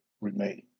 remain